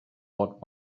what